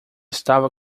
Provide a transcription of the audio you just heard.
estava